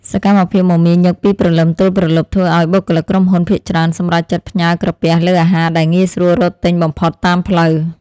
សកម្មភាពមមាញឹកពីព្រលឹមទល់ព្រលប់ធ្វើឲ្យបុគ្គលិកក្រុមហ៊ុនភាគច្រើនសម្រេចចិត្តផ្ញើក្រពះលើអាហារដែលងាយស្រួលរកទិញបំផុតតាមផ្លូវ។